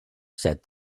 said